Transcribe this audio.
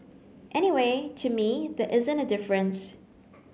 anyway to me there isn't a difference